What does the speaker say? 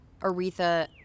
Aretha